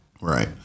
Right